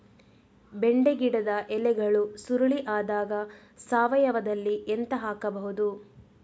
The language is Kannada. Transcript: ಬೆಂಡೆ ಗಿಡದ ಎಲೆಗಳು ಸುರುಳಿ ಆದಾಗ ಸಾವಯವದಲ್ಲಿ ಎಂತ ಹಾಕಬಹುದು?